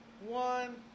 one